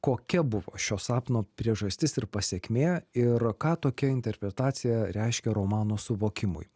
kokia buvo šio sapno priežastis ir pasekmė ir ką tokia interpretacija reiškia romano suvokimui